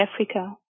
Africa